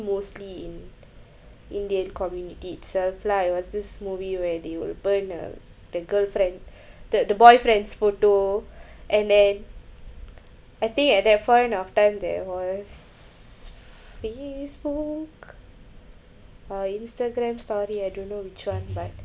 mostly in indian community itself lah it was this movie where they were burn a the girlfriend the the boyfriend's photo and then I think at that point of time there was facebook or instagram story I don't know which one but